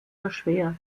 erschwert